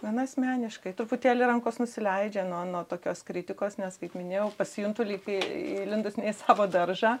man asmeniškai truputėlį rankos nusileidžia nuo nuo tokios kritikos nes kaip minėjau pasijuntu lyg kai įlindus į savo daržą